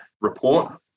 report